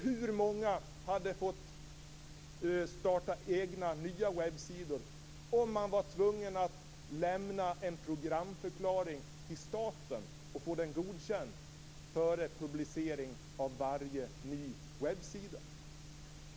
Hur många hade fått starta egna nya webbsidor om man var tvungen att lämna en programförklaring till staten och få den godkänd före publicering av varje ny webbsida?